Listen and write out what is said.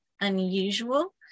unusual